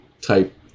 type